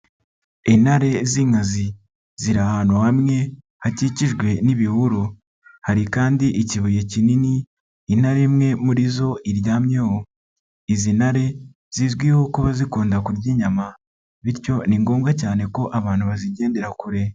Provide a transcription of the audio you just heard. Intare z'inkazi ziri ahantu hamwe hakikijwe n'ibihuru, hari kandi ikibuye kinini intare imwe muri zo iryamye, izi ntare zizwiho kuba zikunda kurya inyama bityo ni ngombwa cyane ko abantu bazigendera kure.